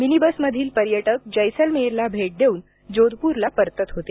mini बसमधील पर्यटक जैसलमेरला भेट देऊन जोधपूरला परतत होते